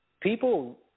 people